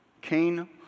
Cain